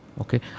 Okay